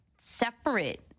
separate